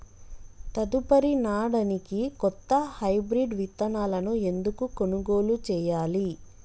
తదుపరి నాడనికి కొత్త హైబ్రిడ్ విత్తనాలను ఎందుకు కొనుగోలు చెయ్యాలి?